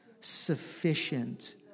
sufficient